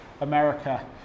America